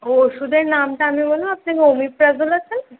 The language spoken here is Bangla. ওষুধের নামটা আমি বললাম আপনি ওমিপ্রাজল আছে না